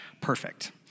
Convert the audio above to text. perfect